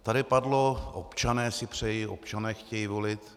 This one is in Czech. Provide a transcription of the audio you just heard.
Tady padlo občané si přejí, občané chtějí volit.